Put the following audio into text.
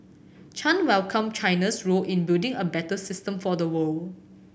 Chan welcomed China's role in building a better system for the world